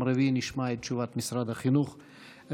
וביום רביעי נשמע את תשובת משרד החינוך בנושא.